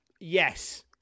yes